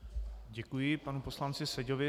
Děkuji panu poslanci Seďovi.